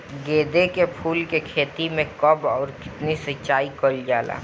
गेदे के फूल के खेती मे कब अउर कितनी सिचाई कइल जाला?